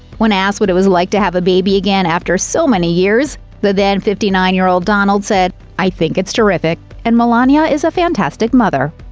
when asked what it was like to have a baby again after so many years, the then fifty nine year old donald said, i think it's terrific, and melania is a fantastic mother.